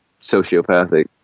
sociopathic